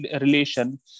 relation